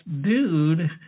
dude